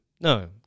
No